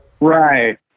Right